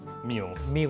Meals